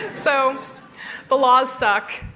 so the laws suck.